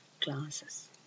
classes